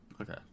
Okay